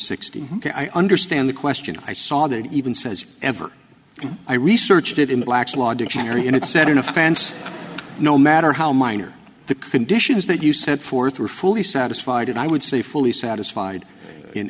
sixty i understand the question i saw that even says ever i researched it in black's law dictionary and it said in a fancy no matter how minor the conditions that you set forth were fully satisfied and i would say fully satisfied in